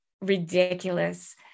ridiculous